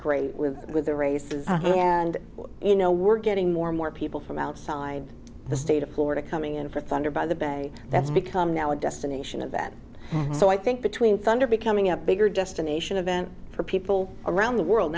great with with the rays and you know we're getting more and more people from outside the state of florida coming in for thunder by the bay that's become now a destination event so i think between thunder becoming a bigger destination a vent for people around the world